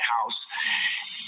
House